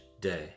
day